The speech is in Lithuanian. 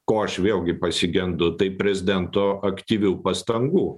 ko aš vėlgi pasigendu tai prezidento aktyvių pastangų